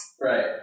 Right